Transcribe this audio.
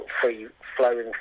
free-flowing